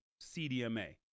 CDMA